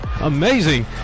Amazing